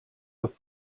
dass